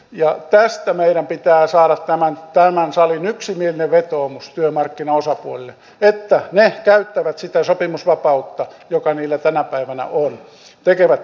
ja tästä meidän pitää saada tämän salin yksimielinen vetoomus työmarkkinaosapuolille että ne käyttävät sitä sopimusvapautta joka niillä tänä päivänä on tekevät tämän sopimuksen